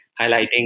Highlighting